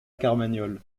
carmagnole